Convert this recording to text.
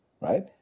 right